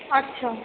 আচ্ছা